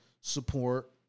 support